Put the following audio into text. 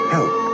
Help